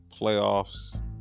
playoffs